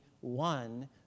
one